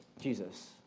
Jesus